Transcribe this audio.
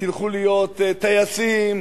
תלכו להיות טייסים.